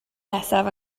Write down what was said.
nesaf